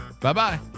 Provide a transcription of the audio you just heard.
Bye-bye